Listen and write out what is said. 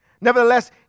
Nevertheless